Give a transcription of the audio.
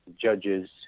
judges